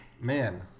man